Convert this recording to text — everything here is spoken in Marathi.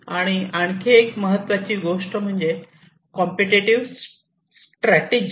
आणि आणखी एक महत्वाची गोष्ट म्हणजे कॉम्पिटिटिव्ह स्ट्रॅटेजी